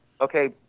Okay